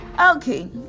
Okay